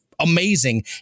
amazing